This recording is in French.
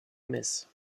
messe